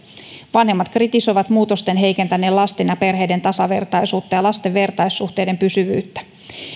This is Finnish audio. vanhemmat kritisoivat muutosten heikentäneen lasten ja perheiden tasavertaisuutta ja lasten vertaissuhteiden pysyvyyttä